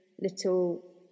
little